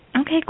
Okay